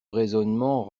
raisonnement